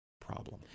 problem